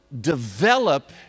develop